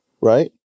Right